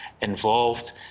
involved